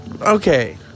okay